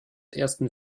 ersten